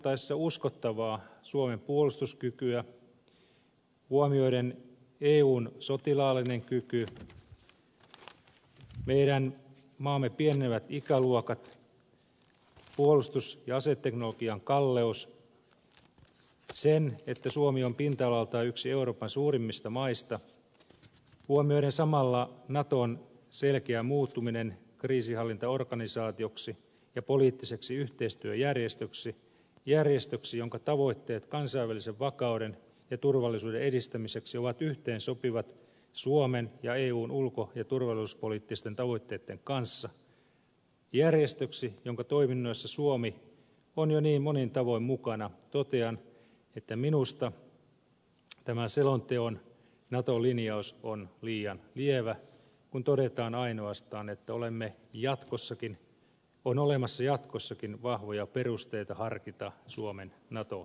hahmotettaessa uskottavaa suomen puolustuskykyä huomioiden eun sotilaallisen kyvyn meidän maamme pienenevät ikäluokat puolustus ja aseteknologian kalleuden sen että suomi on pinta alaltaan yksi euroopan suurimmista maista huomioiden samalla naton selkeän muuttumisen kriisinhallintaorganisaatioksi ja poliittiseksi yhteistyöjärjestöksi jonka tavoitteet kansainvälisen vakauden ja turvallisuuden edistämiseksi ovat yhteensopivat suomen ja eun ulko ja turvallisuuspoliittisten tavoitteitten kanssa järjestöksi jonka toiminnoissa suomi on jo niin monin tavoin mukana totean että minusta tämän selonteon nato linjaus on liian lievä kun todetaan ainoastaan että on olemassa jatkossakin vahvoja perusteita harkita suomen nato jäsenyyttä